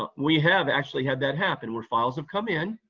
um we have actually had that happen, where files have come in,